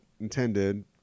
intended